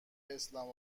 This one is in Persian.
اسلام